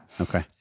okay